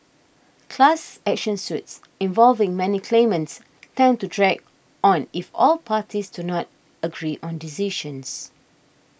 class action suits involving many claimants tend to drag on if all parties to not agree on decisions